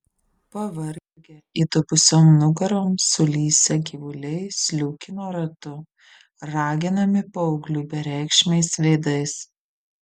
pavargę įdubusiom nugarom sulysę gyvuliai sliūkino ratu raginami paauglių bereikšmiais veidais